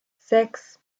sechs